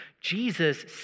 Jesus